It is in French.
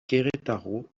querétaro